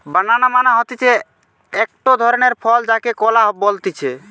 বানানা মানে হতিছে একটো ধরণের ফল যাকে কলা বলতিছে